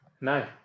No